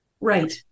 right